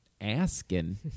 asking